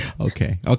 Okay